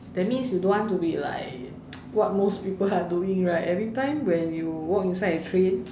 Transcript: that means you don't want to be like what most people are doing right every time when you walk inside a train